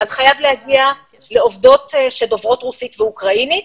חחומר חייב להגיע לעובדות דוברות רוסית ואוקראינית.